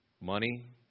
Money